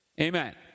Amen